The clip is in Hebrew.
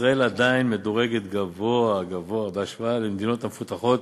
ישראל עדיין מדורגת גבוה-גבוה בהשוואה למדינות המפותחות